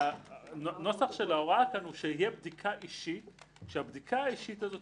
והנוסח של ההוראה שתהיה בדיקה אישית שתתייחס